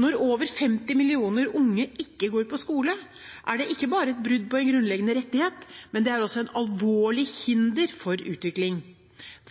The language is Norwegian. Når over 50 millioner unge ikke går på skole, er det ikke bare brudd på en grunnleggende rettighet. Det er også et alvorlig hinder for utvikling.